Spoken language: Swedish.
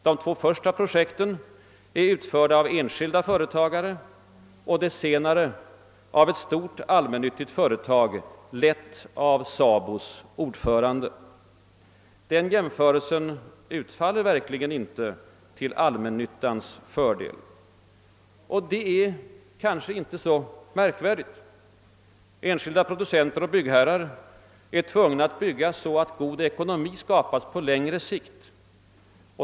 De två första projekten är utförda av enskilda företagare och det senare av ett stort allmännyttigt företag, lett av SABO:s ordförande. Den jämförelsen utfaller verkligen inte till allmännyttans fördel. Och det är kanske inte så märkvärdigt. Enskilda producenter och byggherrar är tvungna att bygga så att god ekonomi skapas på längre sikt.